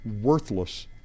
worthless